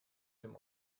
dem